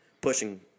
pushing